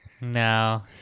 No